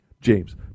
James